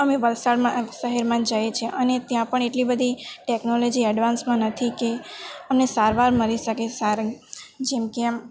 અમે વલસાડમાં શહેરમાં જઈએ છે અને ત્યાં પણ એટલી બધી ટેકનોલોજી એડવાન્સમાં નથી કે અમને સારવાર મળી શકે સારી જેમકે એમ